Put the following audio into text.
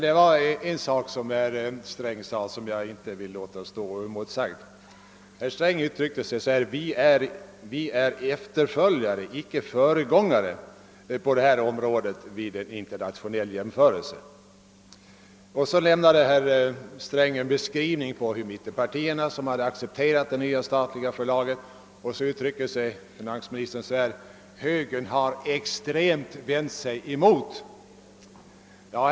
Det var en sak i herr Strängs anförande som jag inte vill låta stå oemotsagd. Herr Sträng sade: Vi är efterföljare, icke föregångare på detta område vid en internationell jämförelse. Sedan gav herr Sträng en beskrivning av mittenpartierna som accepterat förslaget om det nya statliga förlaget. Därefter sade finansministern: Högern har extremt vänt sig emot förlaget.